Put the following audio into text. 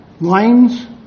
lines